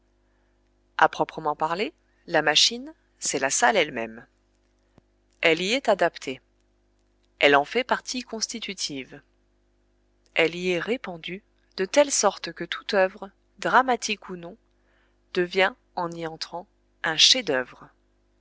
à proprement parler la machine c'est la salle elle-même elle y est adaptée elle en fait partie constitutive elle y est répandue de telle sorte que toute œuvre dramatique ou non devient en y entrant un chef-d'œuvre